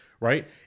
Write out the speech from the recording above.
right